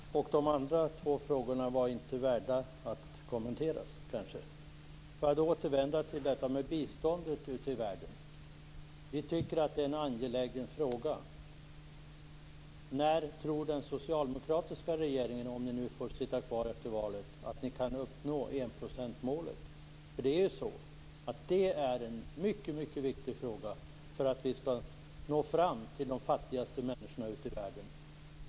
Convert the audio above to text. Herr talman! De andra två frågorna var kanske inte värda att kommenteras? Låt mig då återvända till frågan om biståndet ute i världen. Det är en angelägen fråga. När tror den socialdemokratiska regeringen, om ni nu får sitta kvar efter valet, att ni kan uppnå enprocentsmålet? Det är något som är mycket viktigt för att vi skall nå fram till de fattigaste människorna ute i världen.